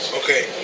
okay